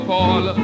Paul